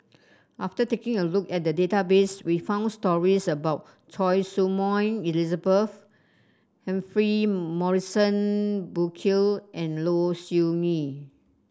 after taking a look at the database we found stories about Choy Su Moi Elizabeth Humphrey Morrison Burkill and Low Siew Nghee